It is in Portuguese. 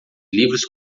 livros